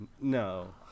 no